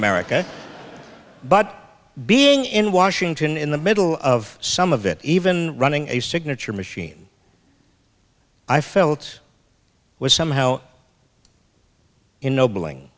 america but being in washington in the middle of some of it even running a signature machine i felt was somehow ennobling